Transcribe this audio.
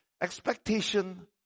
Expectation